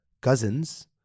cousins